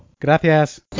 gracias